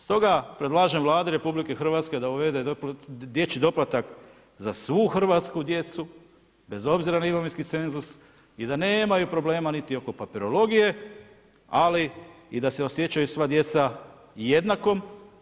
Stoga predlažem Vladi RH da uvede dječji doplatak za svu hrvatsku djecu, bez obzira na imovinski cenzus i da nemaju problema niti oko papirologije, ali i da se osjećaju sva djeca jednakom.